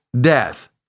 death